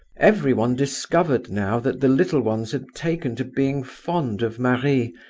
everyone discovered now that the little ones had taken to being fond of marie,